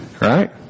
Right